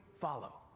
follow